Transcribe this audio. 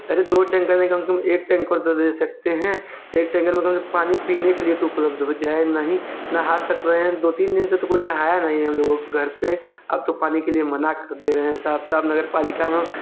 अरे दो टेंकर नहीं कम से कम एक टेंकर तो दे सकते हैं एक टेंकर में कम पानी पीने के लिए तो उपलब्ध हो जाए ना हीं नहा सक रहे हैं दो तीन दिन से कोई नहाया नहीं है हम लोगों के घर पे आप तो पानी के लिए मना कर दे रहे हैं साफ़ साफ़ नगर पालिका में